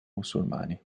musulmani